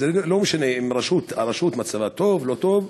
זה לא משנה אם מצבה של הרשות טוב או לא טוב.